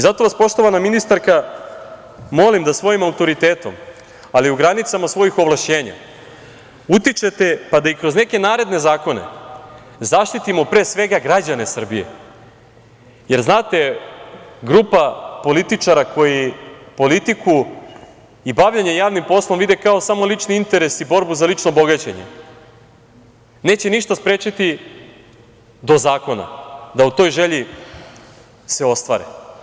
Zato vas, poštovana ministarka, molim da svojim autoritetom, ali u granicama svojih ovlašćenja, utičete, pa da i kroz neke naredne zakone zaštitimo, pre svega, građane Srbije, jer znate, grupa političara koji politiku i bavljenje javnim poslom vide kao samo lični interes i borbu za lično bogaćenje, neće ništa sprečiti do zakona da u toj želji se ostvare.